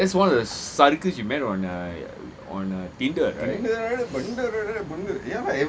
that's one of the saavithri you met on uh on uh tinder right